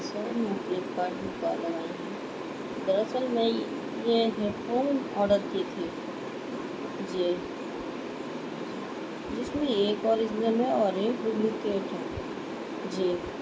سر میں Flipkart میں call لگائی ہوں دراصل میں یہ ہیڈ فون آڈر کی تھی جی جس میں ایک اوریجنل ہے اور ایک ڈپلیکیٹ ہے جی